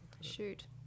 Shoot